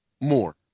more